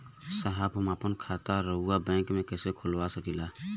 साहब हम आपन खाता राउर बैंक में कैसे खोलवा सकीला?